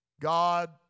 God